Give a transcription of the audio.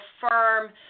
firm